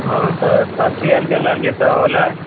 हँ तऽ सब सिऐ लए देलै हलिऐ तऽ होलै